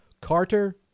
Carter